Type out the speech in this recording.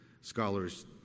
scholars